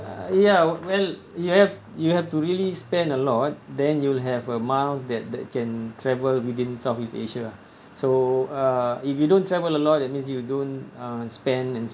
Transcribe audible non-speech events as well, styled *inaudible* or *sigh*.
ya well you have you have to really spend a lot then you'll have uh miles that that can travel within southeast asia ah *breath* so uh if you don't travel a lot that means you don't uh spend and